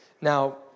Now